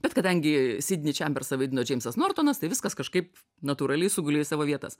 bet kadangi sidnį čembersą vaidino džeimsas nortonas tai viskas kažkaip natūraliai sugulė į savo vietas